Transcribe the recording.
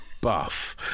buff